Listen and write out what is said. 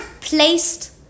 placed